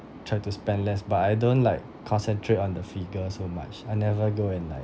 try to spend less but I don't like concentrate on the figure so much I never go and like